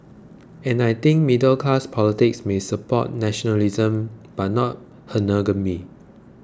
and I think middle class politics may support nationalism but not